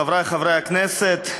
חברי חברי הכנסת,